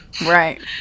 Right